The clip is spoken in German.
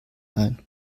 ein